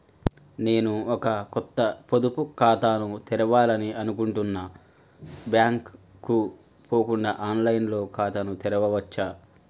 నేను ఒక కొత్త పొదుపు ఖాతాను తెరవాలని అనుకుంటున్నా బ్యాంక్ కు పోకుండా ఆన్ లైన్ లో ఖాతాను తెరవవచ్చా?